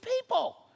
people